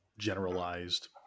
Generalized